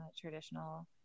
traditional